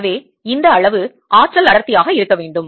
எனவே இந்த அளவு ஆற்றல் அடர்த்தியாக இருக்க வேண்டும்